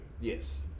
Yes